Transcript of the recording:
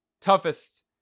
toughest